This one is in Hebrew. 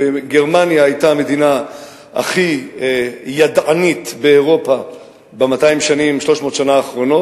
וגרמניה היתה המדינה הכי ידענית באירופה ב-200 300 שנה האחרונות,